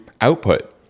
output